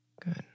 Good